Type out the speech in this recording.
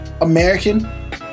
American